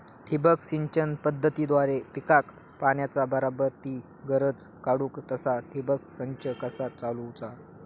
ठिबक सिंचन पद्धतीद्वारे पिकाक पाण्याचा बराबर ती गरज काडूक तसा ठिबक संच कसा चालवुचा?